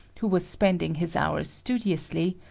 who was spending his hours studiously,